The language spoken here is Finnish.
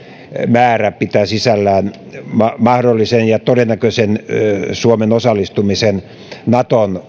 määrä pitää sisällään mahdollisen ja todennäköisen suomen osallistumisen naton